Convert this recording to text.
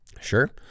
Sure